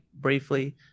briefly